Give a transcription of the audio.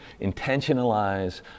intentionalize